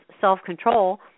self-control